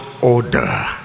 order